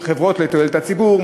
חברות לתועלת הציבור,